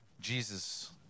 Jesus